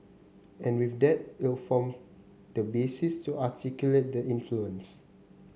and with that it'll form the basis to articulate that influence